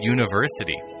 University